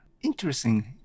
interesting